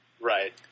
Right